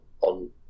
on